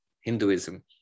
Hinduism